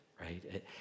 right